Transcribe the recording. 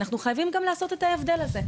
ואנחנו חייבים להתייחס להבדל הזה.